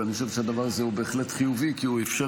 ואני חושב שהדבר הזה הוא בהחלט חיובי כי הוא אפשר